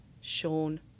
Sean